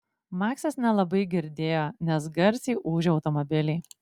maksas nelabai girdėjo nes garsiai ūžė automobiliai